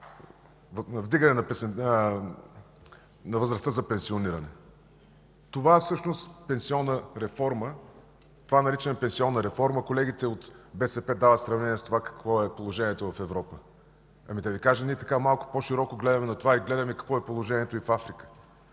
Вдигане на възрастта за пенсиониране. Това всъщност наричаме „пенсионна реформа”. Колегите от БСП дават сравнение с това какво е положението в Европа. Да Ви кажа, ние малко по-широко гледаме на това – гледаме какво е положението и в Африка.